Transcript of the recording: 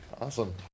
Awesome